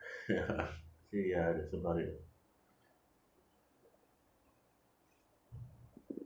ya that's about it